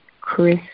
Chris